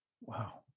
wow